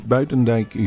Buitendijk